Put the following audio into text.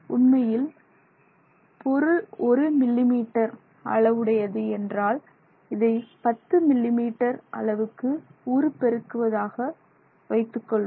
உண்மையில் பொருள் ஒரு 1 மில்லி மீட்டர் அளவுடையது என்றால் இதை 10 மில்லி மீட்டர் அளவுக்கு உருப்பெருக்குவதாக வைத்துக்கொள்வோம்